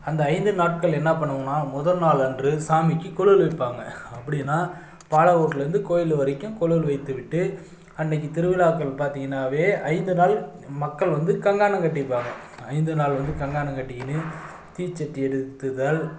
அந்த ஐந்து நாட்கள் என்ன பண்ணுவோம்னா முதல் நாள் அன்று சாமிக்கு கொலவல் வைப்பாங்க அப்படின்னா பல ஊர்லேருந்து கோயில் வரைக்கும் கொலவல் வைத்து விட்டு அன்னைக்கு திருவிழாக்கள் பார்த்திங்கன்னாவே ஐந்து நாள் மக்கள் வந்து கங்கணம் கட்டிப்பாங்க ஐந்து நாள் வந்து கங்கணம் கட்டிங்கின்னு தீச்சட்டி எடுத்தல்